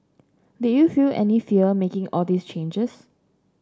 did you feel any fear making all these changes